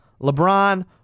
LeBron